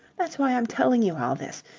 that's why i'm telling you all this.